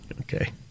Okay